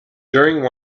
during